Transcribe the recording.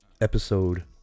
episode